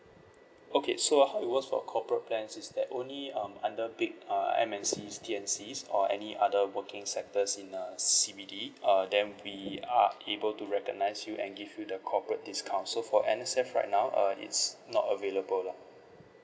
okay so how it works for corporate plans is that only um under big uh M_N_Cs T_N_Cs or any other working sectors in uh C_B_D uh then we are able to recognise you and give you the corporate discount so for N_S_F right now uh it's not available lah